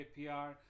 APR